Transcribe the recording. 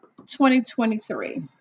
2023